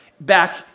back